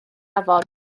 afon